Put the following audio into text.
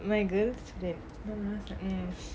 my girlfriend so I'm just like mm